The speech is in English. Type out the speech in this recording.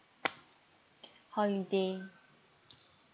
holiday